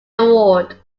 award